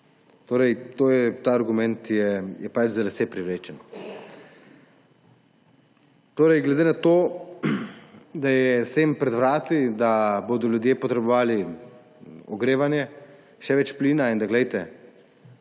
Ta argument je pač za lase privlečen. Glede na to, da je jesen pred vrati, da bodo ljudje potrebovali ogrevanje, še več plina in da se